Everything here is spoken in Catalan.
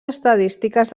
estadístiques